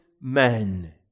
men